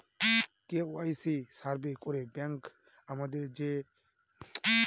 KYC survey করে bank আমাদের saving অ্যাকাউন্টের ব্যক্তিগত তথ্য চাইছে কেন?